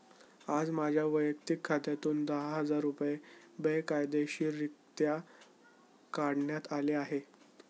आज माझ्या वैयक्तिक खात्यातून दहा हजार रुपये बेकायदेशीररित्या काढण्यात आले आहेत